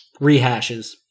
Rehashes